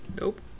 Nope